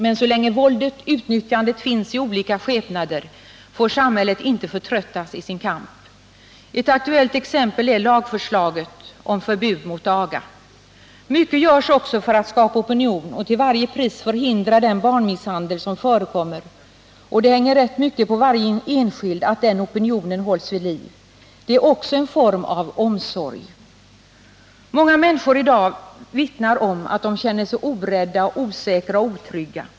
Men så länge våldet, utnyttjandet, finns i olika skepnader, får samhället inte förtröttas i sin kamp. Ett aktuellt exempel är lagförslaget om förbud mot aga. Mycket görs också för att skapa opinion och till varje pris förhindra den barnmisshandel som förekommer, och det hänger rätt mycket på varje enskild att den opinionen hålls vid liv. Det är också en form av omsorg. Många människor vittnar i dag om att de känner sig rädda, osäkra och otrygga.